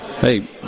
hey